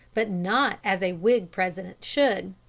but not as a whig president should.